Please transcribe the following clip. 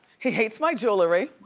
he hates my jewelry.